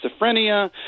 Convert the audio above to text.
schizophrenia